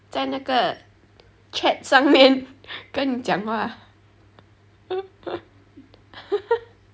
在那个 chat 上面跟你讲话